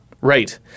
right